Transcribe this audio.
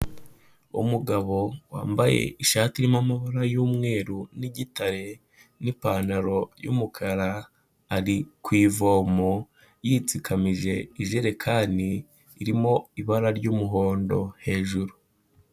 Umugabo wambaye ishati irimo amabara y'umweru n'igitare n'ipantaro y'umukara ari ku ivomo yitsikamije ijerekani irimo ibara ry'umuhondo hejuru.